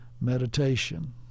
meditation